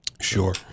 Sure